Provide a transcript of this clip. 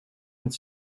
met